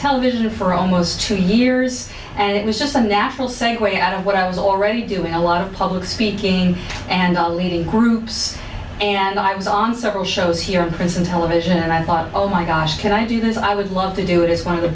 television for almost two years and it was just a natural segue out of what i was already doing a lot of public speaking and all leading groups and i was on several shows here in france and television and i thought oh my gosh can i do this i would love to do it is one of the